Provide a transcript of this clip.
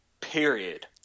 period